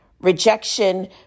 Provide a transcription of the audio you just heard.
rejection